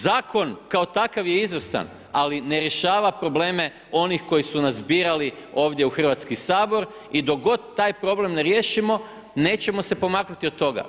Zakon kao takav je izvrstan, ali ne rješava probleme onih koji su nas birali ovdje u Hrvatski sabor i dok god taj problem ne riješimo nećemo se pomaknuti od toga.